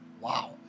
Wow